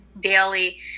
daily